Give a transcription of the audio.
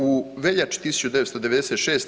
U veljači 1996.